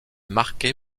marquée